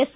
S